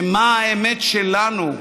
זה מה האמת שלנו.